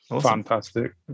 Fantastic